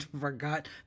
forgot